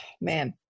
man